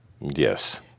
Yes